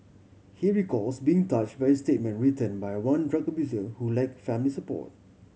he recalls being touch by a statement written by one drug abuser who lack family support